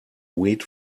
weed